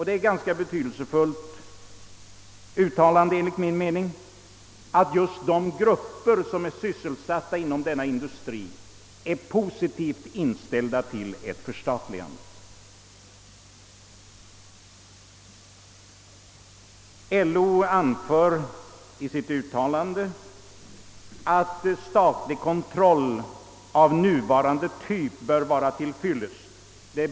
Det är enligt min uppfattning ganska betydelsefullt, att just de grupper som är sysselsatta inom denna industri är positivt inställda till ett förstatligande. LO anför, enligt bankoutskottets referat, i sitt uttalande att statlig kontroll av nuvarande typ bör vara till fyllest.